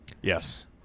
Yes